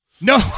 No